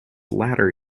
latter